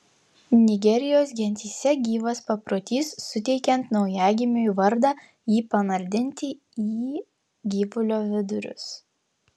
nigerijos gentyse gyvas paprotys suteikiant naujagimiui vardą jį panardinti į gyvulio vidurius